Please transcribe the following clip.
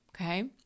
Okay